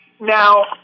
Now